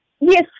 Yes